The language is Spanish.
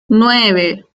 nueve